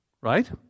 Right